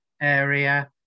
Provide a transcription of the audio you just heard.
area